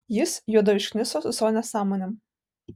jis juodai užkniso su savo nesąmonėm